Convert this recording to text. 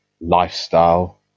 lifestyle